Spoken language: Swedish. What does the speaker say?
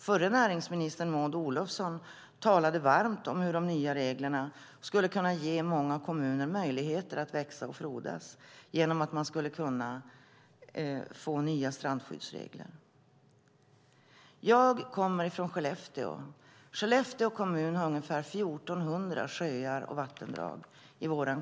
Förre näringsministern Maud Olofsson talade varmt om hur de nya reglerna skulle ge många kommuner möjligheter att växa och frodas med hjälp av nya strandskyddsregler. Jag kommer från Skellefteå. Skellefteå kommun har ungefär 1 400 sjöar och vattendrag.